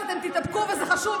מדי.